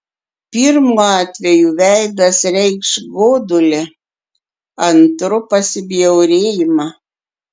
pirmu atveju veidas reikš godulį antru pasibjaurėjimą